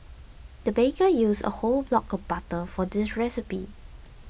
the baker used a whole block of butter for this recipe